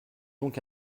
donc